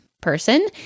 person